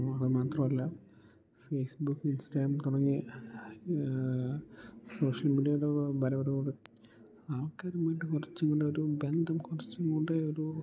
അത് മാത്രവുമല്ല Facebook Instagram തുടങ്ങി സോഷ്യൽ മീഡിയയുടെ വരവോടുകൂടി ആൾക്കാരുമായിട്ട് കുറച്ചുംകൂടി ഒരു ബന്ധം കുറച്ചുംകൂടി ഒരു